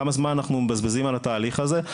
כמה זמן אנחנו מבזבזים על התהליך הזה?